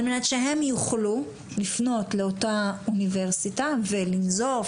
על מנת שהם יוכלו לפנות לאותה אוניברסיטה ולנזוף